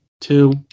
two